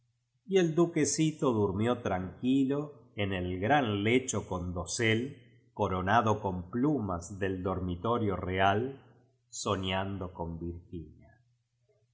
y el duqucsíto durmió trannqnílo en el gran lecho con dosel coronado de plumas del dor mitorio real soñando con virginia